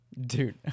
Dude